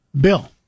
bill